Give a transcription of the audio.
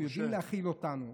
הם יודעים להכיל אותנו.